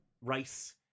race